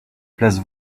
place